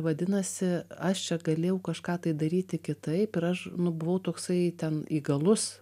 vadinasi aš čia galėjau kažką tai daryti kitaip ir aš nu buvau toksai ten įgalus